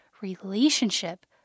relationship